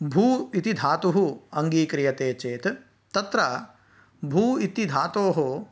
भू इति धातुः अङ्गीक्रियते चेत् तत्र भू इति धातोः